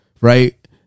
right